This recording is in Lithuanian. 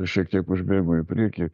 šiek tiek užbėgu į priekį